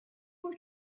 were